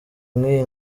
nk’iyi